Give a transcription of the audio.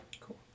Cool